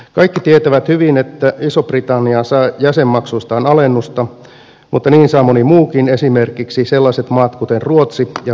kaikki tietävät hyvin että iso britannia saa jäsenmaksuistaan alennusta mutta niin saa moni muukin esimerkiksi sellaiset maat kuin ruotsi ja saksa